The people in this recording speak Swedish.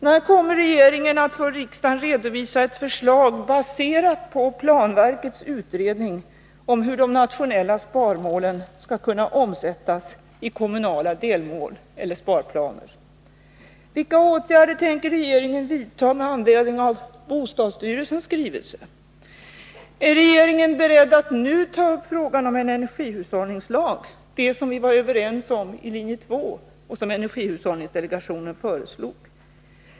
När kommer regeringen att för riksdagen redovisa ett förslag, baserat på planverkets utredning om hur de nationella sparmålen skall kunna omsättas i kommunala delmål eller sparplaner? Är regeringen beredd att nu ta upp frågan om en energihushållningslag, som vi var överens om i linje 2 och som energihushållningsdelegationen föreslog?